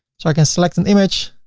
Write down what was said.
so i can select an image,